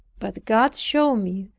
but god showed me,